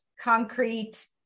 concrete